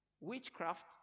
witchcraft